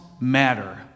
Matter